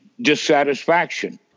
dissatisfaction